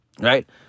right